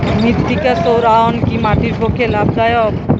মৃত্তিকা সৌরায়ন কি মাটির পক্ষে লাভদায়ক?